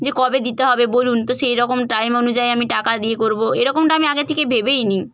যে কবে দিতে হবে বলুন তো সেই রকম টাইম অনুযায়ী আমি টাকা দিয়ে করব এরকমটা আমি আগে থেকে ভেবেই নিই